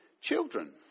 children